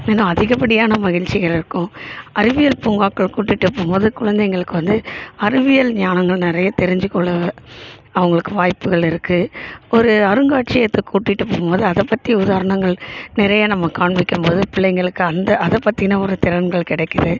இன்னும் அதிகப்படியான மகிழ்ச்சிகள் இருக்கும் அறிவியல் பூங்காக்கள் கூட்டிகிட்டு போகும்போது குழந்தைங்களுக்கு வந்து அறிவியல் ஞானங்கள் நிறைய தெரிஞ்சிக்கொள்ள அவங்களுக்கு வாய்ப்புகள் இருக்கு ஒரு அருங்காட்சியகத்துக்கு கூட்டிகிட்டு போகும்போது அதை பற்றி உதாரணங்கள் நிறையா நம்ம காண்பிக்கும் போது பிள்ளைங்களுக்கு அந்த அதை பற்றின ஒரு திறன்கள் கிடைக்குது